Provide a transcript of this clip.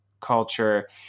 culture